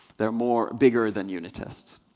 they are more bigger than unit tests.